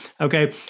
Okay